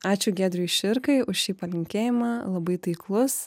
ačiū giedriui širkai už šį palinkėjimą labai taiklus